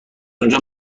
اونجا